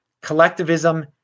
Collectivism